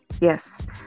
yes